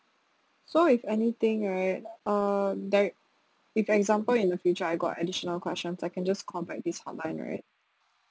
so if anything right um di~ if example in the future I got additional questions I can just call back this hotline right